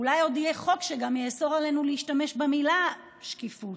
אולי עוד יהיה חוק שגם יאסור עלינו להשתמש במילה "שקיפות",